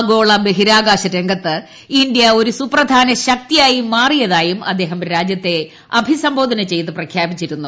ആഗോള ബഹിരാകാശരംഗത്ത് ഇന്ത്യ ഒരു സുപ്രധാന ശക്തിയായി മാറിയതായും അദ്ദേഹം രാജ്യത്തെ അഭിസംബോധന ചെയ്ത് പ്രഖ്യാപിച്ചിരുന്നു